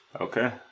Okay